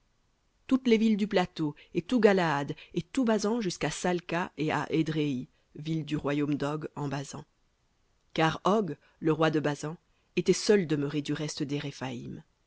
toutes les villes du plateau et tout galaad et tout basan jusqu'à salca et à édréhi villes du royaume d'og en basan car og le roi de basan était seul demeuré du reste des